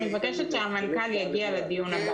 אני מבקשת שהמנכ"ל יגיע לדיון הבא.